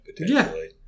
potentially